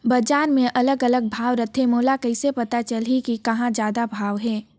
बजार मे अलग अलग भाव रथे, मोला कइसे पता चलही कि कहां जादा भाव हे?